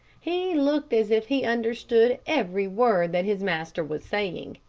he looked as if he understood every word that his master was saying.